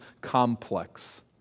complex